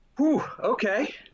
Okay